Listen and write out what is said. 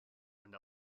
and